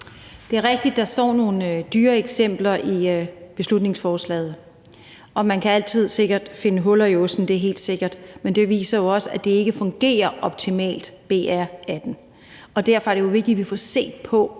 Det er rigtigt, at der er nogle dyre eksempler i beslutningsforslaget, og man kan altid finde huller i osten, det er helt sikkert, men det viser jo også, at det ikke fungerer optimalt, altså BR18. Derfor er det jo vigtigt, at vi får set på,